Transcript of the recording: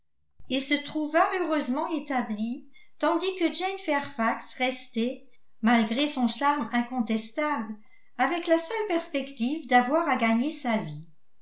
et se trouva heureusement établie tandis que jane fairfax restait malgré son charme incontestable avec la seule perspective d'avoir à gagner sa vie